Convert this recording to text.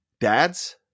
dads